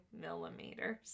millimeters